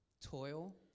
toil